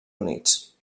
units